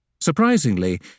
Surprisingly